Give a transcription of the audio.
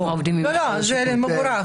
זה למוחרת.